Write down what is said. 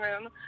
room